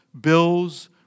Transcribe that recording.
bills